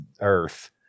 Earth